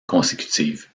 consécutive